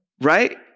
Right